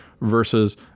versus